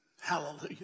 Hallelujah